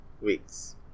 weeks